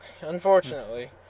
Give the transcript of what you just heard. unfortunately